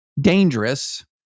dangerous